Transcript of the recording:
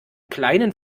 kleinen